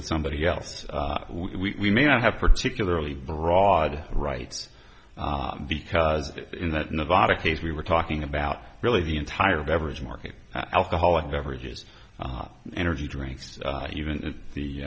with somebody else we may not have particularly broad right because in that nevada case we were talking about really the entire beverage market alcoholic beverages energy drinks even